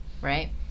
right